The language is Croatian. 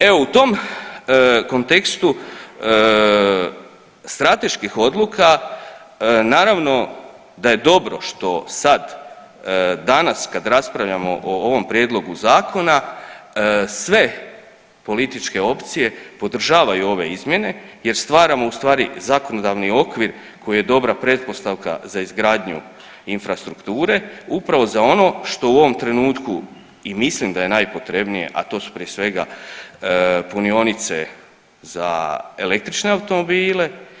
E u tom kontekstu strateških odluka naravno da je dobro što sad, danas kad raspravljamo o ovom prijedlogu zakona sve političke opcije podržavaju ove izmjene jer stvaramo ustvari zakonodavni okvir koji je dobra pretpostavka za izgradnju infrastrukture upravo za ono što u ovom trenutku i mislim da je najpotrebnije, a to su prije svega punionice za električne automobile.